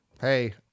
Hey